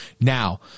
Now